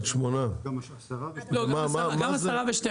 גם 10 ו-12.